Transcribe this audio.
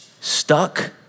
stuck